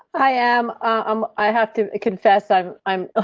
i am, um i have to confess, i'm, i'm ah